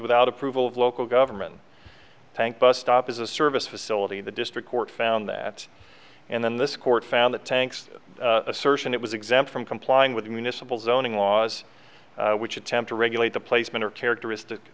without approval of local government bank bus stop is a service facility the district court found that and then this court found the tanks assertion it was exempt from complying with municipal zoning laws which attempt to regulate the placement of characteristic